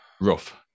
Rough